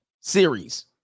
series